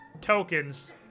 tokens